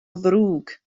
ddrwg